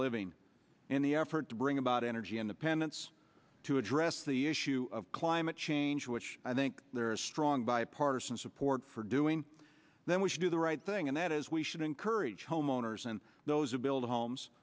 living in the effort to bring about energy independence to address the issue of climate change which i think there is strong bipartisan support for doing then we should do the right thing and that is we should encourage homeowners and those who build homes